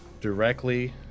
directly